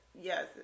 yes